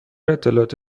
اطلاعات